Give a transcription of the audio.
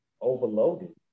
overloaded